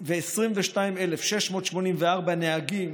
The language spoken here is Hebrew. ו-22,684 נהגים